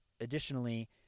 additionally